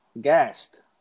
gassed